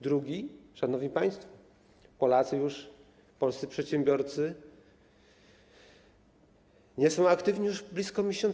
Drugi, szanowni państwo, Polacy, polscy przedsiębiorcy nie są aktywni już blisko miesiąc.